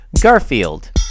Garfield